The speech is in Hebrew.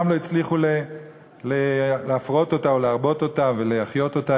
לא הצליחו להפרות אותה ולהרבות אותה ולהחיות אותה,